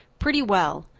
pretty well.